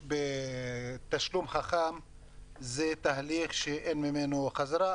בתשלום חכם זה תהליך שאין ממנו חזרה,